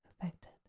affected